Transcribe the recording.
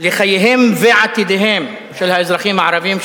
לחייהם ועתידם של האזרחים הערבים,